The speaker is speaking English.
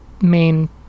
main